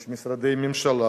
יש משרדי ממשלה,